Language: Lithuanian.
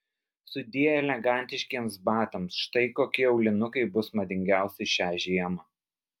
sudie elegantiškiems batams štai kokie aulinukai bus madingiausi šią žiemą